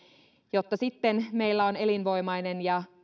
jotta sitten meillä on elinvoimainen ja